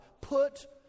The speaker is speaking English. Put